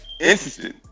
interesting